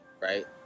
right